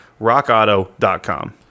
Rockauto.com